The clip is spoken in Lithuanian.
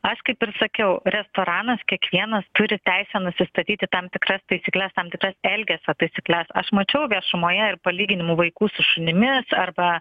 aš kaip ir sakiau restoranas kiekvienas turi teisę nusistatyti tam tikras taisykles tam tikras elgesio taisykles aš mačiau viešumoje ir palyginimų vaikų su šunimis arba